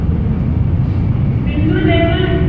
window बिन्डो eleven